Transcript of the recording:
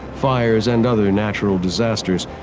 fires and other natural disasters,